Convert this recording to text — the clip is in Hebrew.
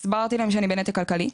הסברתי להם שאני בנתק כלכלי,